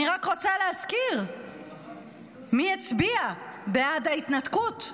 אני רק רוצה להזכיר מי הצביע בעד ההתנתקות,